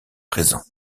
présents